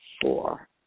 four